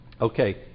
okay